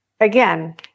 again